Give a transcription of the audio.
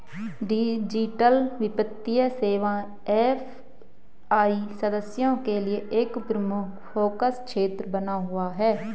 digital वित्तीय सेवाएं AFI सदस्यों के लिए एक प्रमुख फोकस क्षेत्र बना हुआ है